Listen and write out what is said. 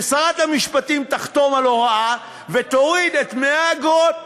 ששרת המשפטים תחתום על הוראה ותוריד את דמי האגרות.